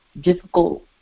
difficult